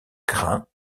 grain